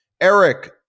Eric